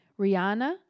Rihanna